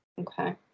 okay